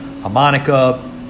harmonica